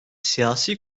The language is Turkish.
siyasi